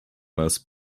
most